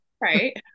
Right